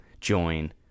join